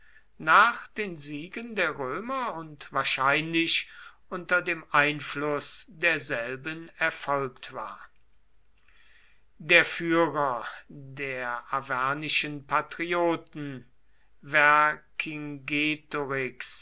nach den siegen der römer und wahrscheinlich unter dem einfluß derselben erfolgt war der führer der arvernischen patrioten